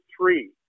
three